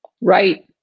Right